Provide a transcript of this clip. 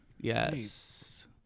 yes